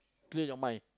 clear your mind